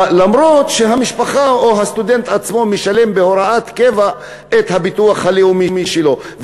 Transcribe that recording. למרות שהמשפחה או הסטודנט עצמו משלם בהוראת קבע את הביטוח הלאומי שלו,